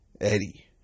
Eddie